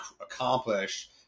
accomplish